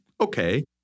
okay